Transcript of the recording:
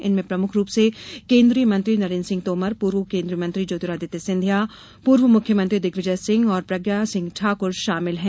इनमें प्रमुख रूप से केन्द्रीय मंत्री नरेन्द्र सिंह तोमर पूर्व केन्द्रीय मंत्री ज्योतिरादित्य सिंधिया पूर्व मुख्यमंत्री दिग्विजय और प्रज्ञासिंह ठाक्र शामिल है